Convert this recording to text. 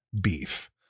beef